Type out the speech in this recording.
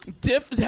Diff